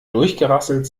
durchgerasselt